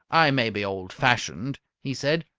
i may be old-fashioned, he said,